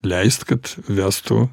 leist kad vestų